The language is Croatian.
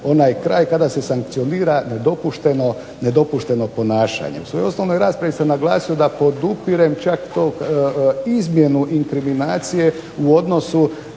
onaj kraj kada se sankcionira nedopušteno ponašanje. U svojoj osnovnoj raspravi sam čak naglasio da podupirem čak tu izmjenu inkriminacije u odnosu